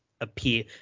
appear